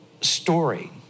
story